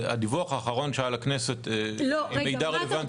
הדיווח האחרון שהיה לכנסת עם מידע רלוונטי -- רגע,